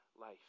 life